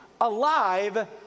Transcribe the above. alive